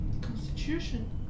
Constitution